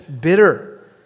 bitter